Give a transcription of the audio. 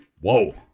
Whoa